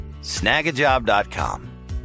snagajob.com